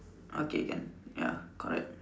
okay can ya correct